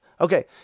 Okay